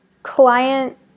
client